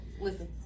listen